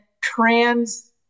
Trans